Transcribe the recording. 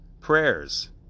prayers